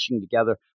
together